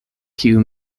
kiu